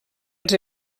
als